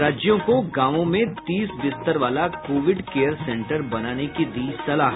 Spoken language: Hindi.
राज्यों को गावों में तीस बिस्तर वाला कोविड केयर सेंटर बनाने की दी सलाह